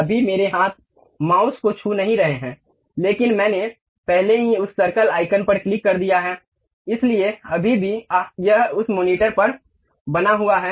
अभी मेरे हाथ माउस को छू नहीं रहे हैं लेकिन मैंने पहले ही उस सर्कल आइकन पर क्लिक कर दिया है इसलिए अभी भीआह यह उस मॉनिटर पर बना हुआ है